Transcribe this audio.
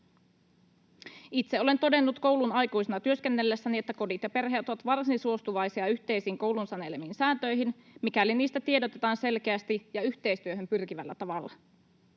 Itse olen todennut koulun aikuisena työskennellessäni, että kodit ja perheet ovat varsin suostuvaisia yhteisiin koulun sanelemiin sääntöihin, mikäli niistä tiedotetaan selkeästi ja yhteistyöhön pyrkivällä tavalla.